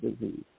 disease